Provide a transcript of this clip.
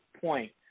point